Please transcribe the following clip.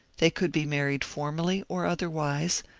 they could be married formally or otherwise,